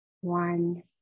one